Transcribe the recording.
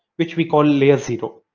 which we call layer zero.